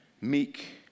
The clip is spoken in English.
meek